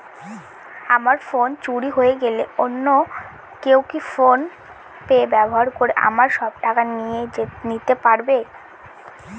আমার ফোন চুরি হয়ে গেলে অন্য কেউ কি ফোন পে ব্যবহার করে আমার সব টাকা নিয়ে নিতে পারবে?